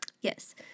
Yes